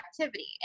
activity